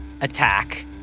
attack